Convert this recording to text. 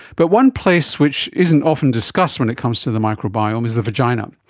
but one place which isn't often discussed when it comes to the microbiome is the vagina.